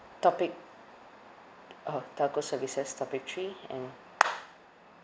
topic uh telco services topic three and